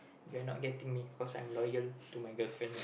they're not getting me cause I'm loyal to my girlfriend